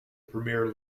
premier